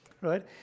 Right